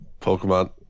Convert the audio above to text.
Pokemon